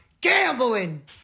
gambling